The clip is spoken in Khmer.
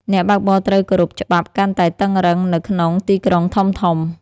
អ្នកបើកបរត្រូវគោរពច្បាប់កាន់តែតឹងរ៉ឹង នៅក្នុងទីក្រុងធំៗ។